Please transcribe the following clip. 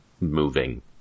moving